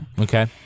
Okay